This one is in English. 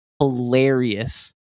hilarious